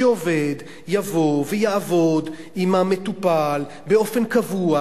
שעובד יבוא ויעבוד עם המטופל באופן קבוע,